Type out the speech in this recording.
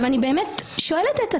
אני באמת שואלת את עצמי: